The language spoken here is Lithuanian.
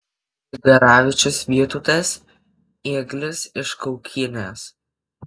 grigaravičius vytautas ėglis iš kaukinės